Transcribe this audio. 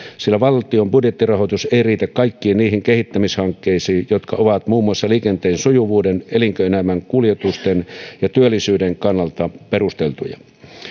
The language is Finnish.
sillä valtion budjettirahoitus ei riitä kaikkiin niihin kehittämishankkeisiin jotka ovat muun muassa liikenteen sujuvuuden elinkeinoelämän kuljetusten ja työllisyyden kannalta perusteltuja